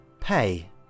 Pay